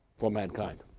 for mankind.